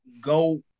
go